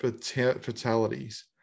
fatalities